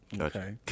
Okay